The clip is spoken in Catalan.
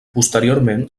posteriorment